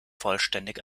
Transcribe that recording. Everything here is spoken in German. vollständig